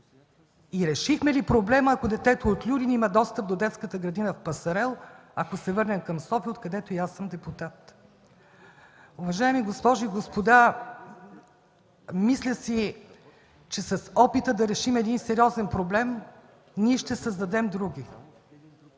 И решихме ли проблема, ако детето от Люлин има достъп до детската градина в Пасарел, ако се върнем към София, откъдето и аз съм депутат. Уважаеми госпожи и господа, мисля си, че с опита да решим един сериозен проблем, ние ще създадем други.